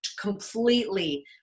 completely